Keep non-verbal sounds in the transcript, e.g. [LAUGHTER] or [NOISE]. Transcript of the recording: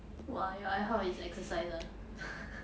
!wah! your 爱好 is exercise ah [LAUGHS]